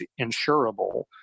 insurable